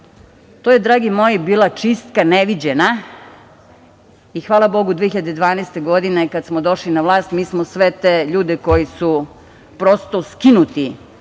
je, dragi moji, bila čistka neviđena i, hvala bogu, 2012. godine, kada smo došli na vlast, mi smo sve te ljude koji su, prosto, skinuti